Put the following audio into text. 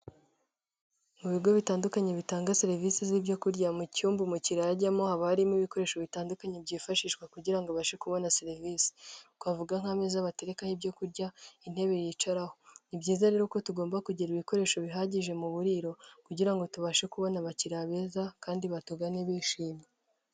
Mu bigo bitandukanye bitanga serivisi z'ibyo kurya, mu cyumba umukiriya ajyamo haba harimo ibikoresho bitandukanye byifashishwa kugira ngo abashe kubona serivise, twavuga nk'ameza batekarekaho ibyo kurya, intebe yicaraho. Ni byiza rero uko tugomba kugira ibikoresho bihagije mu buriro kugira ngo tubashe kubona abakiriya beza kandi batugane bishimye.